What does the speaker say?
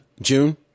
June